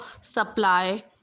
supply